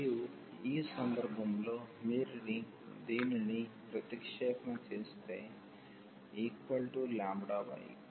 మరియు ఈ సందర్భంలో మీరు దీనిని ప్రతిక్షేపణ చేస్తే λy